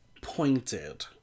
pointed